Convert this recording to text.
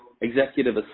executive